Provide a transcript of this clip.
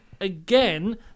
again